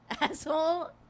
asshole